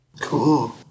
Cool